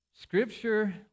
Scripture